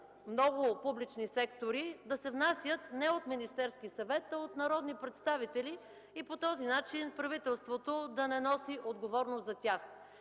много публични сектори, да се внасят не от Министерския съвет, а от народни представители и по този начин правителството да не носи отговорност за тях.